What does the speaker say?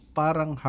parang